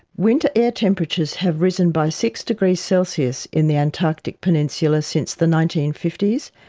winter air temperatures have risen by six degrees celsius in the antarctic peninsula since the nineteen fifty s,